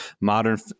modern